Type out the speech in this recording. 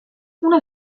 una